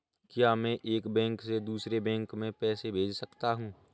क्या मैं एक बैंक से दूसरे बैंक में पैसे भेज सकता हूँ?